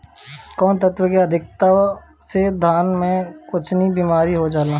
कौन तत्व के अधिकता से धान में कोनची बीमारी हो जाला?